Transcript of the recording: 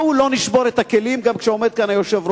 בואו לא נשבור את הכלים גם כשעומד כאן היושב-ראש,